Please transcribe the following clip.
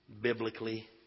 biblically